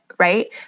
right